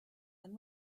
and